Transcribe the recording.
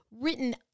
written